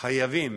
חייבים